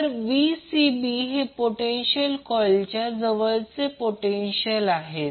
तर Vcb हे potential कॉर्ईलच्या जवळील पोटेन्शियल आहे